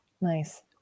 nice